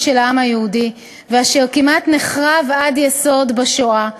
של העם היהודי ואשר כמעט נחרב עד היסוד בשואה,